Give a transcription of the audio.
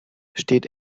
steht